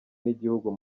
n’igihugu